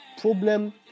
problem